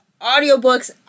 audiobooks